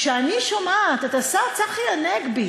כשאני שומעת את השר צחי הנגבי